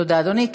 תודה, אדוני.